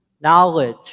knowledge